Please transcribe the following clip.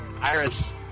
Iris